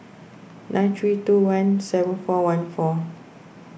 nine three two one seven four one four